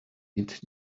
delayed